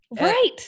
Right